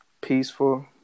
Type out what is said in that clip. peaceful